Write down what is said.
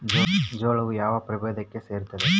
ಜೋಳವು ಯಾವ ಪ್ರಭೇದಕ್ಕೆ ಸೇರುತ್ತದೆ?